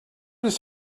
his